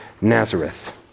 Nazareth